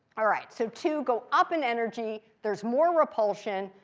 all right, so two go up and energy. there's more repulsion.